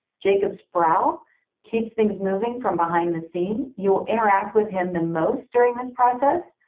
jacob sproul keeps things moving from behind the scene. you'll interact with him the most during this process.